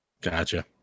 Gotcha